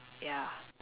ya